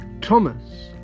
Thomas